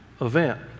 event